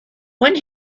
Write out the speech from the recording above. when